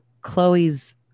Chloe's